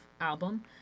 album